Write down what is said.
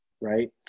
right